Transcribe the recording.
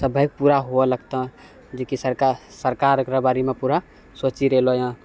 सभ पूरा हुऐ लगतो जेकि सरकार एकरा बारेमे पूरा सोचि रहलो यऽ